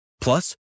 Plus